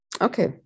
Okay